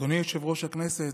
אדוני יושב-ראש הכנסת,